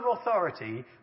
authority